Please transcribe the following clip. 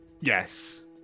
yes